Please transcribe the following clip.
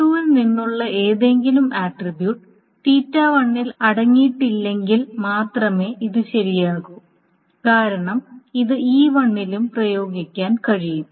E2 ൽ നിന്നുള്ള ഏതെങ്കിലും ആട്രിബ്യൂട്ട് അടങ്ങിയിട്ടില്ലെങ്കിൽ മാത്രമേ ഇത് ശരിയാകൂ കാരണം ഇത് E1 ലും പ്രയോഗിക്കാൻ കഴിയും